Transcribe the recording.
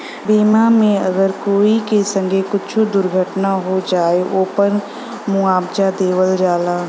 बीमा मे अगर कोई के संगे कुच्छो दुर्घटना हो जाए, ओपर मुआवजा देवल जाला